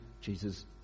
Jesus